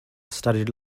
studied